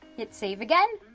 hit save again.